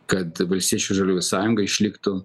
kad valstiečių žaliųjų sąjunga išliktų